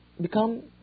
become